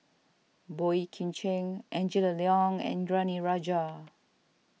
Boey Kim Cheng Angela Liong and Indranee Rajah